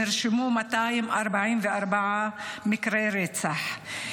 נרשמו 244 מקרי רצח,